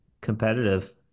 competitive